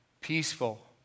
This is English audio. peaceful